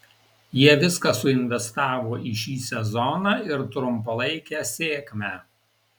jie viską suinvestavo į šį sezoną ir trumpalaikę sėkmę